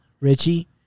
Richie